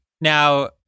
Now